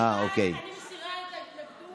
חברי הכנסת, להלן תוצאות ההצבעה: